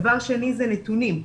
דבר שני זה נתונים.